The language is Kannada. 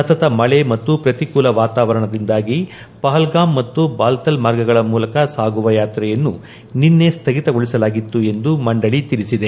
ಸತತ ಮಳೆ ಮತ್ತು ಪ್ರತಿಕೂಲ ವಾತಾವರಣದಿಂದಾಗಿ ಪಹಲ್ಗಾಮ್ ಮತ್ತು ಬಾಲ್ತಲ್ ಮಾರ್ಗಗಳ ಮೂಲಕ ಸಾಗುವ ಯಾತ್ರೆಯನ್ನು ನಿನ್ನೆ ಸ್ಥಗಿತಗೊಳಿಸಲಾಗಿತ್ತು ಎಂದು ಮಂಡಳಿ ತಿಳಿಸಿದೆ